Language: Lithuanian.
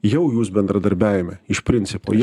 jau jūs bendradarbiavime iš principo